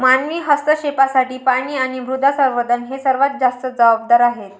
मानवी हस्तक्षेपासाठी पाणी आणि मृदा संवर्धन हे सर्वात जास्त जबाबदार आहेत